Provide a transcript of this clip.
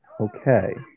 Okay